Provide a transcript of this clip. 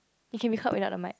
if can be heard without the mic